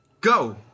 Go